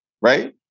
Right